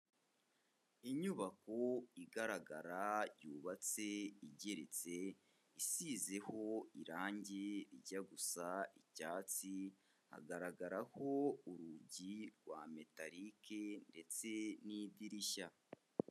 Inyubako igaragara yubatse igeretse, isizeho irangi rijya gusa icyatsi, hagaragaraho urugi rwa métalique ndetse n'idirishya.